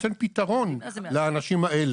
אותם מבחינת התנאים והזכאויות שלהם לנכים שנקראים 100% פלוס.